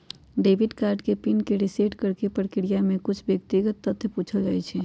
debit card के PIN के reset करेके प्रक्रिया में कुछ व्यक्तिगत तथ्य पूछल जाइ छइ